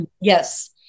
Yes